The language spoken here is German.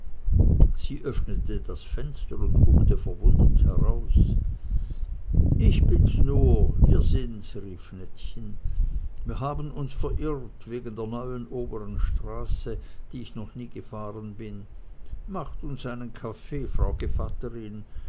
sie öffnete das fenster und guckte verwundert heraus ich bin's nur wir sind's rief nettchen wir haben uns verirrt wegen der neuen oberen straße die ich noch nie gefahren bin macht uns einen kaffee frau